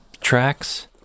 tracks